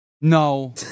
No